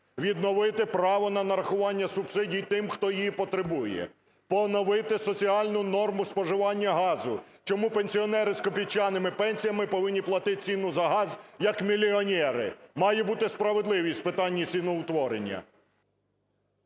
відновити право на нарахування субсидій тим, хто її потребує, поновити соціальну норму споживання газу. Чому пенсіонери з копійчаними пенсіями повинні платити ціну за газ, як мільйонери? Має бути с справедливість в питанні ціноутворення.